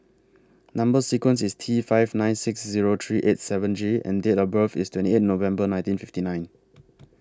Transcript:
Number sequence IS T five nine six Zero three eight seven J and Date of birth IS twenty eight November nineteen fifty nine